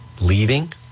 leaving